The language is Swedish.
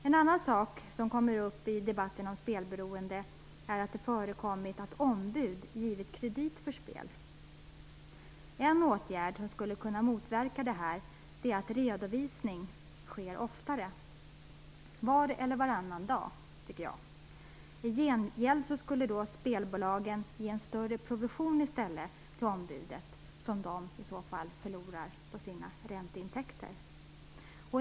En annan fråga som kommer upp i debatten om spelberoende, är att det har förekommit att ombud givit kredit för spel. En åtgärd som skulle kunna motverka detta är att redovisning sker oftare, var eller varannan dag. I gengäld kan spelbolagen ge större provision till ombuden, som ju skulle förlora på ränteintäkterna.